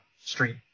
street